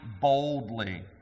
boldly